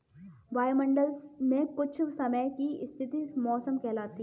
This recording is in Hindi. वायुमंडल मे कुछ समय की स्थिति मौसम कहलाती है